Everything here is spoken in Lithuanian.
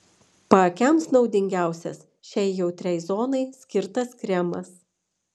paakiams naudingiausias šiai jautriai zonai skirtas kremas